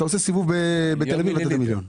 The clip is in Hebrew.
כשאתה עושה סיבוב בתל אביב אתה מגיע למיליון.